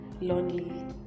Lonely